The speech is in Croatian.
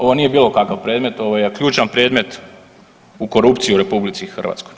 Ovo nije bilo kakav predmet ovo je ključan predmet u korupciji u RH.